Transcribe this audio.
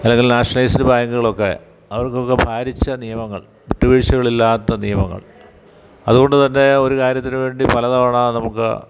അല്ലെങ്കിൽ നാഷണലൈസ്ഡ് ബാങ്കുകളൊക്കെ അവർക്കൊക്കെ ഭാരിച്ച നിയമങ്ങൾ വിട്ടുവീഴ്ചകളില്ലാത്ത നിയമങ്ങൾ അതുകൊണ്ടുതന്നെ ഒരു കാര്യത്തിന് വേണ്ടി പലതവണ നമുക്ക്